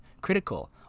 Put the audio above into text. critical